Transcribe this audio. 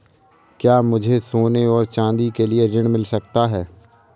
क्या मुझे सोने और चाँदी के लिए ऋण मिल सकता है?